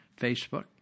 facebook